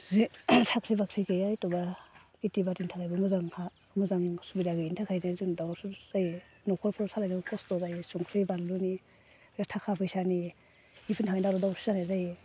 जि साख्रि बाख्रि गैया एथ'बा खिथि बाथि थानायबो मोजां हा मोजां सुबिदा गैयिनि थाखायनो जों दावराव दावसि जायो न'खरफोर सालायनो खस्थ' जायो संख्रि बानलुनि थाखा फैसानि बेफोरनि थाखाय दावराव दावसि जानाय जायो